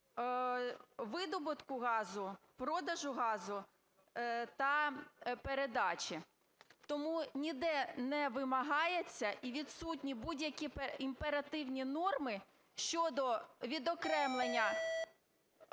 видобутку газу, продажу газу та передачі. Тому ніде не вимагається і відсутні будь-які імперативні норми щодо відокремлення